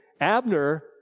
Abner